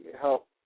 help